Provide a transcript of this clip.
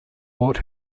brought